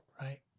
right